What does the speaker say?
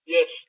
Yes